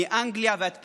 מאנגליה ועד פרס,